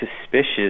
suspicious